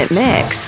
mix